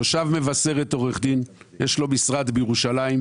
תושב מבשרת, עורך דין, יש לו משרד בירושלים,